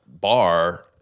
bar